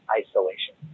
isolation